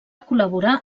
col·laborar